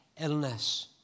illness